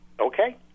Okay